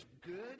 good